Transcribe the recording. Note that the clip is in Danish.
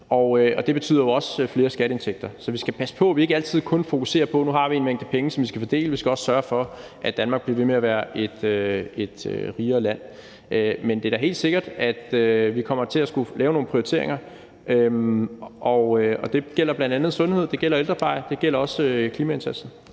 og det betyder jo også flere skatteindtægter. Vi skal passe på, at vi ikke altid kun fokuserer på, at vi nu har en mængde penge, som vi skal fordele – vi skal også sørge for, at Danmark bliver ved med at blive et rigere land. Men det er da helt sikkert, at vi kommer til at skulle lave nogle prioriteringer, og det gælder bl.a. sundhed, det gælder ældrepleje, det gælder også klimaindsatsen.